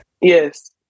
Yes